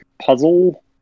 puzzle